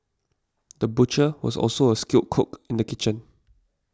the butcher was also a skilled cook in the kitchen